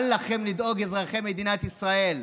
אל לכם לדאוג, אזרחי מדינת ישראל,